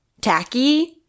tacky